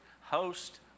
host